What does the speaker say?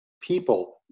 people